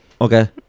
okay